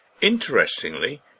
Interestingly